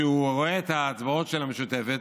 כשהוא רואה את ההצבעות של המשותפת,